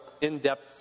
in-depth